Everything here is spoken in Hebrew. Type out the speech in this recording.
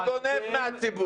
אתה גונב מהציבור.